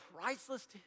priceless